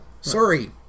Sorry